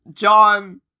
John